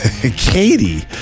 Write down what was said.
Katie